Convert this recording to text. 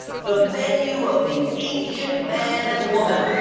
the menu of the ancient man and woman